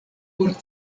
por